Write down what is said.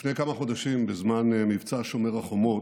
לפני כמה חודשים, בזמן מבצע שומר החומות,